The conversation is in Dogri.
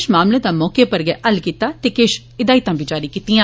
उनें किश मामलें दा मौके उप्पर गै हल कीता ते किश हिदायतां बी जारी कीतियां